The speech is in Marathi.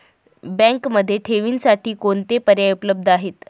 बँकेमध्ये ठेवींसाठी कोणते पर्याय उपलब्ध आहेत?